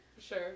Sure